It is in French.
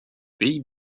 pays